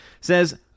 says